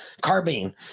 carbine